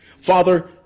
Father